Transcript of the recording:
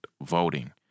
voting